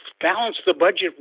balance-the-budget